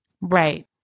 Right